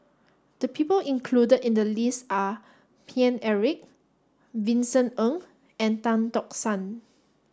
the people included in the list are Paine Eric Vincent Ng and Tan Tock San